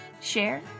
share